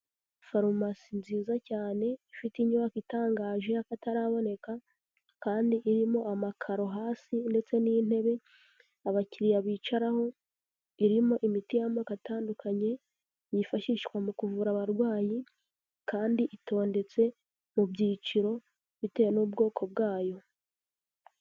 Farumasi nziza cyane ifite inyubako itangaje y'akataraboneka kandi irimo amakaro hasi ndetse n'intebe abakiriya bicaraho, irimo imiti y'amoko atandukanye yifashishwa mu kuvura abarwayi kandi itondetse mu byiciro bitewe n'ubwoko bwa yo.